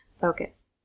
Focus